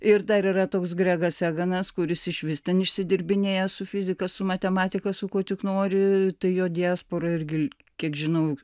ir dar yra toks gregas eganas kuris išvis ten išsidirbinėja su fizika su matematika su kuo tik nori tai jo diaspora irgi kiek žinau